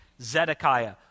Zedekiah